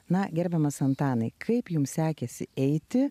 na gerbiamas antanai kaip jums sekėsi eiti